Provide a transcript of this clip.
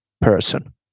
person